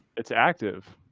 it's active.